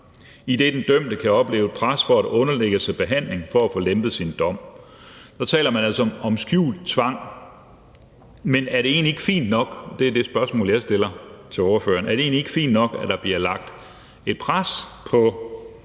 idet den dømte kan opleve et pres for at underlægge sig behandling for at få lempet sin dom«. Der taler man altså om skjult tvang. Men er det egentlig ikke fint nok – og det er det spørgsmål,